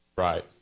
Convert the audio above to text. Right